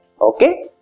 Okay